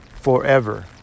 forever